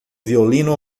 violino